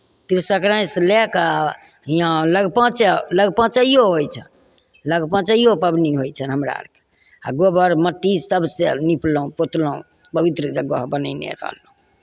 तिल सङ्क्रान्तिसँ लए कऽ हिआँ लगपाँचे लगपाँचैओ होइ छनि लगपाँचैओ पाबनि होइ छनि हमरा आरके आ गोबर मट्टी सभसँ निपलहुँ पोतलहुँ पवित्र जगह बनयने रहलहुँ